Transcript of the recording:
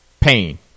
pain